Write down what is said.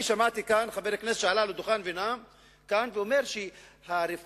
אני שמעתי חבר הכנסת שעלה לדוכן ונאם כאן ואמר שהרפורמה,